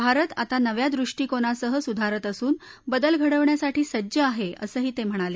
भारत आता नव्या दृष्टीकोनासह सुधारत असून बदल घडवण्यासाठी सज्ज आहे असंही ते म्हणाले